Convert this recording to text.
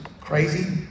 crazy